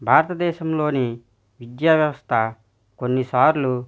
భారతదేశంలోని విద్యా వ్యవస్థ కొన్నిసార్లు